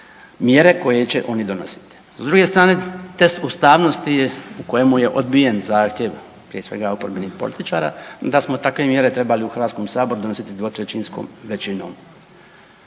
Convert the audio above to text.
mjere koje će oni donositi. S druge strane test ustavnosti je u kojemu je odbijen zahtjev prije svega oporbenih političara da smo takve mjere trebali u Hrvatskom saboru donositi dvotrećinskom većinom.